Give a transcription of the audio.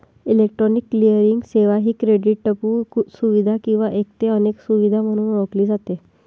electronic clearing सेवा ही क्रेडिटपू सुविधा किंवा एक ते अनेक सुविधा म्हणून ओळखली जाते